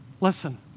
listen